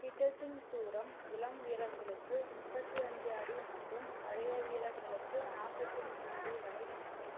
pitching தூரம் இளம் வீரர்களுக்கு முப்பத்தி அஞ்சு அடி மற்றும் பழைய வீரர்களுக்கு நாற்பத்தி மூணு அடி வரை இருக்கும்